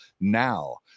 now